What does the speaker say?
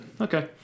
Okay